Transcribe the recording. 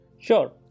Sure